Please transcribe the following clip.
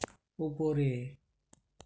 উপরে